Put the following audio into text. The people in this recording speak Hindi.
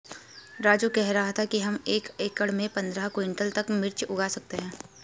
राजू कह रहा था कि हम एक एकड़ में पंद्रह क्विंटल तक मिर्च उगा सकते हैं